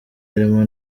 barimo